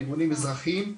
ארגונים אזרחיים,